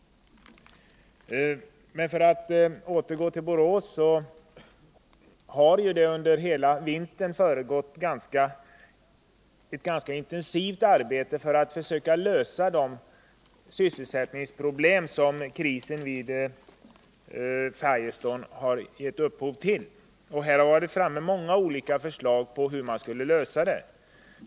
För att återgå till Borås vill jag framhålla att det under hela vintern har försiggått ett ganska intensivt arbete för att försöka lösa de sysselsättningsproblem som krisen vid Firestone har gett upphov till. Det har tagits fram många olika förslag till lösningar.